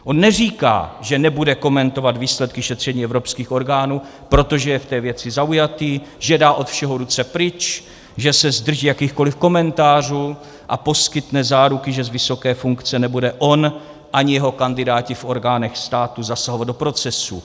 On neříká, že nebude komentovat výsledky šetření evropských orgánů, protože je v té věci zaujatý, že dá od všeho ruce pryč, že se zdrží jakýchkoliv komentářů a poskytne záruky, že z vysoké funkce nebude on ani jeho kandidáti v orgánech státu zasahovat do procesu.